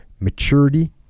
maturity